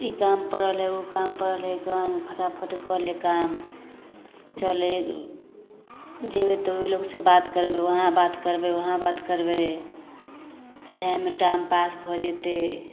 ई काम पड़ल हइ ओ काम पड़ल हइ काम फटाफट कऽ ले काम चलै जेबै तऽ ओहि लोकसँ बात करबै वहाँ बात करबै वहाँ बात करबै चलै इएहमे टाइमपास भऽ जेतै